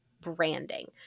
branding